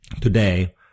today